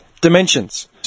Dimensions